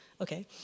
okay